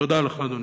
תודה לך, אדוני.